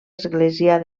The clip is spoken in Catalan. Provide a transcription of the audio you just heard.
església